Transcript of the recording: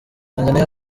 tanzania